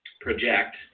project